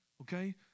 Okay